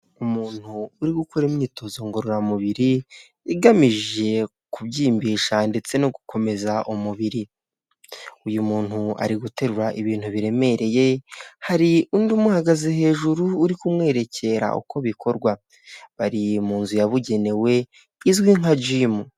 Umuntu uri gukora imyitozo ngororamubiri, igamije kubyimbisha ndetse no gukomeza umubiri, uyu muntu ari guterura ibintu biremereye, hari undi umuhagaze hejuru uri kumwerekera uko bikorwa, bari mu nzu yabugenewe izwi nka gimu.